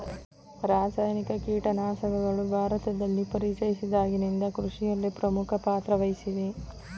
ರಾಸಾಯನಿಕ ಕೀಟನಾಶಕಗಳು ಭಾರತದಲ್ಲಿ ಪರಿಚಯಿಸಿದಾಗಿನಿಂದ ಕೃಷಿಯಲ್ಲಿ ಪ್ರಮುಖ ಪಾತ್ರ ವಹಿಸಿವೆ